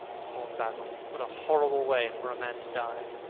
poor basil! what a horrible way for a man to die!